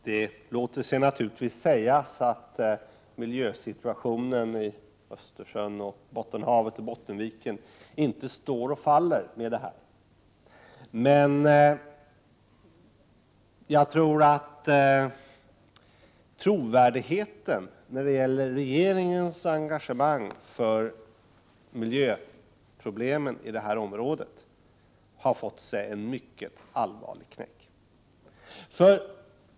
Det låter sig naturligtvis sägas att miljösituationen i Östersjön, Bottenhavet och Bottenviken inte står och faller med de här mätningarna, men trovärdigheten i regeringens engagemang för miljöproblemen inom det här området har nog fått sig en mycket allvarlig knäck.